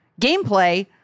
gameplay